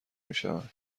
میشود